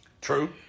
True